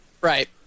right